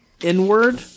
inward